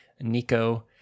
Nico